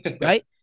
Right